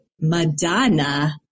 Madonna